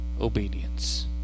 obedience